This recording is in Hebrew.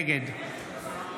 נגד